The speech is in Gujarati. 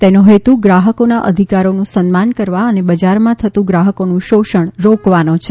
તેનો હેતુ ગ્રાહકોમાં અધિકારોનું સન્માન કરવા અને બજારમાં થતું ગ્રાહકોનું શોષણ રોકવાનો છે